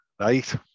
right